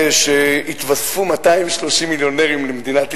שהתווספו 230 מיליונרים למדינת ישראל,